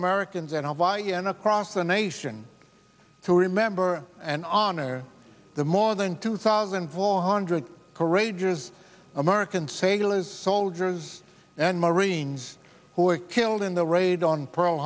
americans and i'll buy an across the nation to remember and honor the more than two thousand four hundred courageous american sailors soldiers and marines who were killed in the raid on pearl